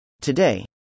Today